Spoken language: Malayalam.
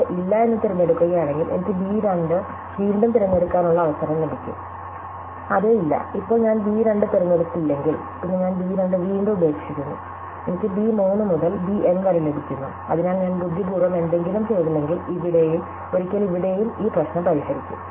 എന്നിട്ട് ഇല്ല എന്ന് തിരഞ്ഞെടുക്കുകയാണെങ്കിൽ എനിക്ക് b 2 വീണ്ടും തിരഞ്ഞെടുക്കാനുള്ള അവസരം ലഭിക്കും അതെ ഇല്ല ഇപ്പോൾ ഞാൻ b 2 തിരഞ്ഞെടുത്തില്ലെങ്കിൽ പിന്നെ ഞാൻ b 2 വീണ്ടും ഉപേക്ഷിക്കുന്നു എനിക്ക് b 3 മുതൽ b N വരെ ലഭിക്കുന്നു അതിനാൽ ഞാൻ ബുദ്ധിപൂർവ്വം എന്തെങ്കിലും ചെയ്തില്ലെങ്കിൽ ഇവിടെയും ഒരിക്കൽ ഇവിടെയും ഈ പ്രശ്നം പരിഹരിക്കും